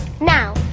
Now